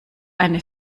eine